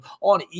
on